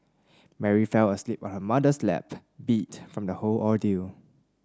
Mary fell asleep on her mother's lap beat from the whole ordeal